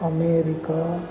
America